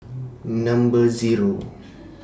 Number Zero